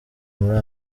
muri